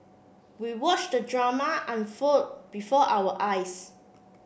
we watched the drama unfold before our eyes